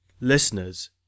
listeners